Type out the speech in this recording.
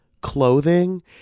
clothing